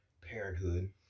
parenthood